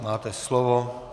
Máte slovo.